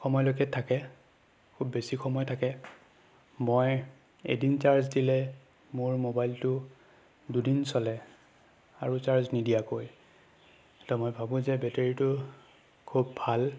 সময়লৈকে থাকে খুব বেছি সময় থাকে মই এদিন চাৰ্জ দিলে মোৰ মোবাইলটো দুদিন চলে আৰু চাৰ্জ নিদিয়াকৈ তেতিয়া মই ভাবোঁ যে বেটেৰীটো খুব ভাল